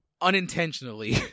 unintentionally